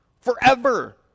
forever